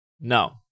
no